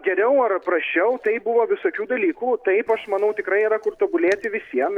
geriau ar praščiau taip buvo visokių dalykų taip aš manau tikrai yra kur tobulėti visiem